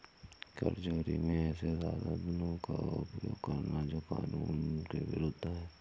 कर चोरी में ऐसे साधनों का उपयोग करना जो कानून के विरूद्ध है